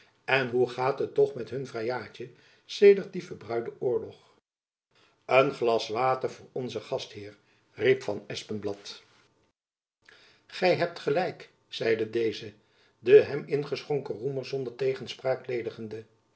en hoe gaat het toch met hun vrijaadje sedert dien verbruiden oorlog een glas water voor onzen gastheer riep van espenblad gy hebt gelijk zeide deze den hem ingeschonken roemer zonder tegenspraak ledigende